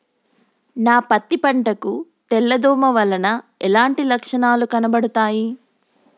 నా పత్తి పంట కు తెల్ల దోమ వలన ఎలాంటి లక్షణాలు కనబడుతాయి?